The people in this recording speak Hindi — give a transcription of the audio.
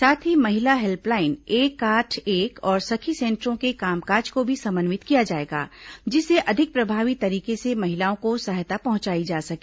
साथ ही महिला हेल्पलाइन एक आठ एक और सखी सेंटरों के कामकाज को भी समन्वित किया जाएगा जिससे अधिक प्रभावी तरीके से महिलाओं को सहायता पहुंचाई जा सके